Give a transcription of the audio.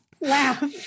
laugh